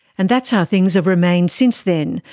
and that's how things have remained since then,